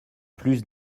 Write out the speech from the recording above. plus